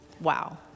Wow